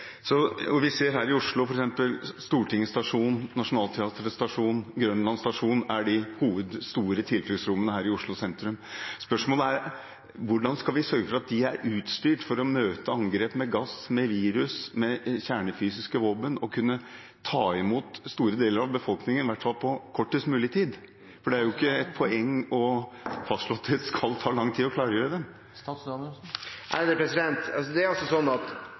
Vi ser det f.eks. her i Oslo, hvor Stortinget stasjon, Nationaltheatret stasjon, Grønland stasjon er de store hovedtilfluktsrommene i sentrum. Spørsmålet er: Hvordan skal vi sørge for at de er utstyrt for å møte angrep med gass, med virus, med kjernefysiske våpen og for å kunne ta imot store deler av befolkningen på kortest mulig tid? Det er jo ikke et poeng å fastslå at det skal ta lang tid å klargjøre dem. Etter gjeldende forskrift fra 1995 fremgår det at eier og bruker av tilfluktsrommet skal holde rommet ved like og ha ansvar for at